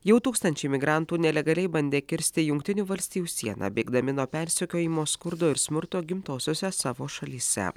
jau tūkstančiai migrantų nelegaliai bandė kirsti jungtinių valstijų sieną bėgdami nuo persekiojimo skurdo ir smurto gimtosiose savo šalyse